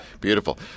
Beautiful